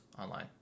online